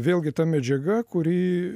vėlgi ta medžiaga kuri